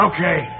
Okay